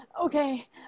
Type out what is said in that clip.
Okay